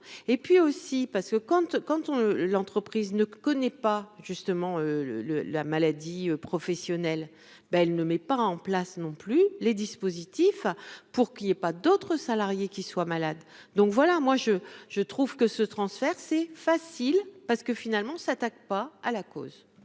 et puis aussi parce que compte quand on l'entreprise ne connaît pas justement le le la maladie professionnelle, ben elle ne met pas en place non plus les dispositifs pour qu'il y ait pas d'autres salariés qui soit malade, donc voilà, moi je, je trouve que ce transfert c'est facile parce que finalement s'attaque pas à la cause.